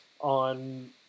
on